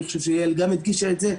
אני חושב שיעל גם הדגישה את זה.